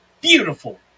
beautiful